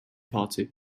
party